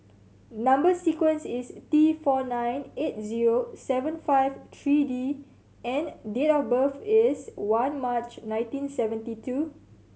number sequence is T four nine eight zero seven five three D and date of birth is one March nineteen seventy two